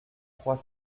trois